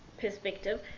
perspective